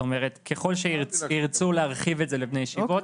ככל שירצו להרחיב את זה לבני הישיבות,